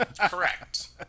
Correct